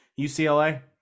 UCLA